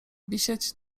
wisieć